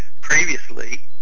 previously